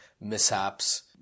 mishaps